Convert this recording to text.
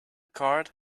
cord